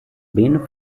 been